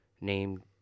named